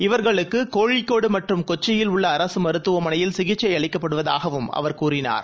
இவர்களுக்கு கோழிக்கோடு மற்றும் கொச்சியில் உள்ள அரசு மருத்துவமனையில் சிகிச்சை அளிக்கப்படுவதாகவும் அவர் கூறினார்